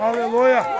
Aleluia